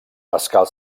pascal